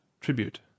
tribute